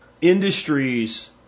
industries